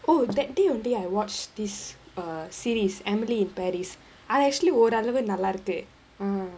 oh that day only I watched this err series emily in paris I actually ஓரளவு நல்லா இருக்கு:oralavu nallaa irukku mm